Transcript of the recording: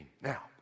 Now